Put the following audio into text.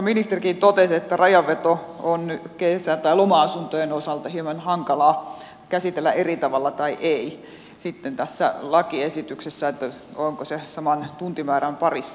ministerikin totesi että rajanveto on kesä tai loma asuntojen osalta hieman hankalaa käsitellä eri tavalla tai ei tässä lakiesityksessä onko se saman tuntimäärän parissa